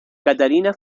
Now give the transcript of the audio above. catarina